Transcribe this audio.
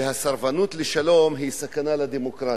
שהסרבנות לשלום היא סכנה לדמוקרטיה.